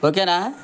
ఓకేనా